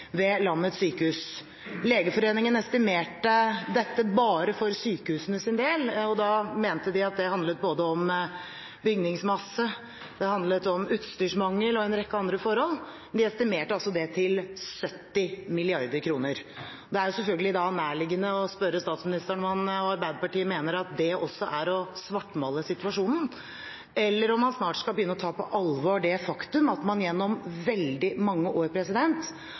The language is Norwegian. ved landets sykehus. Legeforeningen estimerte dette bare for sykehusenes del – og da mente de at det handlet både om bygningsmasse, utstyrsmangel og en rekke andre forhold – til 70 mrd. kr. Da er det selvfølgelig nærliggende å spørre statsministeren om han og Arbeiderpartiet mener at også det er å svartmale situasjonen, eller om han snart skal begynne å ta på alvor det faktum at man gjennom veldig mange år